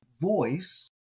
voice